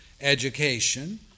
education